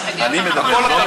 מקובל.